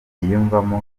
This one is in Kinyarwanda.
yiyumvamo